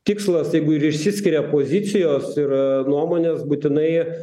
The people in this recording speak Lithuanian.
tikslas jeigu ir išsiskiria pozicijos ir nuomonės būtinai